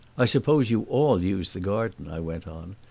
i suppose you all use the garden, i went on,